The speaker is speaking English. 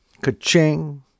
Ka-ching